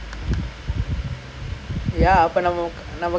ya normal time five five they go at five already